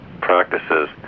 practices